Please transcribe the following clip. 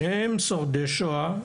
שניהם שורדי שואה,